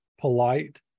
polite